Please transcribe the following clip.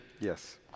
Yes